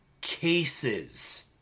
cases